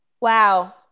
Wow